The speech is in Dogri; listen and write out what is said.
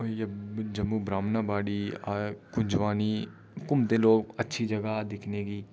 होर अपना होई गेआ जम्मू ब्राह्मणा बाड़ी कुंजवानी घुम्मदे लोक अच्छी जगह दिक्खने ई